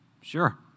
Sure